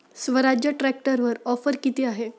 स्वराज्य ट्रॅक्टरवर ऑफर किती आहे?